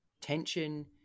tension